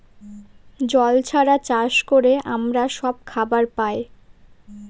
জল ছাড়া চাষ করে আমরা সব খাবার পায়